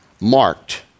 marked